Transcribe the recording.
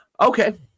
Okay